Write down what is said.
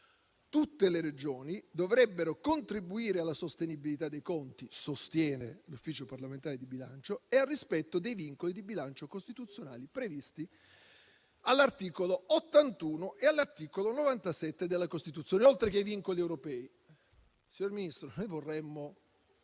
Tutte le Regioni dovrebbero contribuire alla sostenibilità dei conti e al rispetto dei vincoli di bilancio costituzionali previsti all'articolo 81 e all'articolo 97 della Costituzione, oltre che dei vincoli europei». Signor Ministro, noi vorremmo